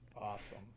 awesome